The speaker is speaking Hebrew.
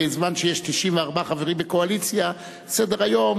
בזמן שיש 94 חברים בקואליציה סדר-היום